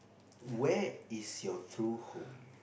where is your true home